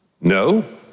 No